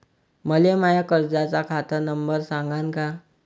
मले माया कर्जाचा खात नंबर सांगान का?